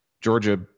Georgia